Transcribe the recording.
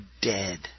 dead